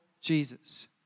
Jesus